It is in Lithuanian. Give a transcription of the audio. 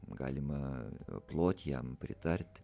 galima ploti jam pritart